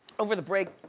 over the break,